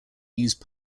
use